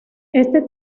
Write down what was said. este